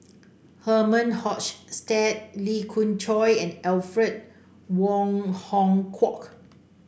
Herman Hochstadt Lee Khoon Choy and Alfred Wong Hong Kwok